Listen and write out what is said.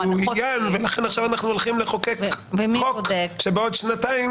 מצוין ולכן עכשיו אנחנו הולכים לחוקק חוק שבעוד שנתיים